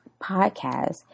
podcast